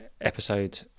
episode